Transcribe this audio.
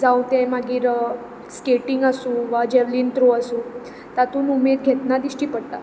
जावं तें मागीर स्कॅटिंग आसूं वा जॅवलीन थ्रो आसूं तातूंत उमेद घेतना दिश्टी पडटा